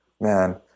man